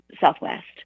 Southwest